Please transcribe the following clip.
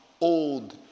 old